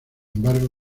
embargo